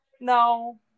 no